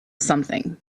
something